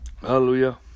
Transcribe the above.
Hallelujah